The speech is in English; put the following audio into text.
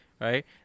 right